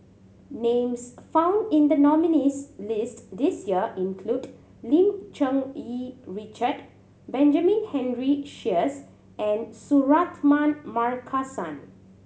names found in the nominees' list this year include Lim Cherng Yih Richard Benjamin Henry Sheares and Suratman Markasan